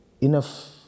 enough